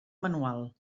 manual